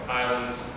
islands